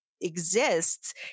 exists